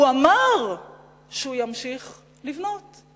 הוא אמר שהוא ימשיך לבנות.